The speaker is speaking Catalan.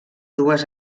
dues